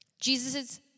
Jesus